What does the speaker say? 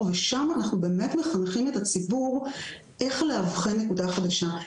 ושם באמת מחנכים את הציבור איך לאבחן נקודה חדשה,